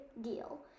deal